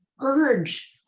urge